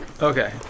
Okay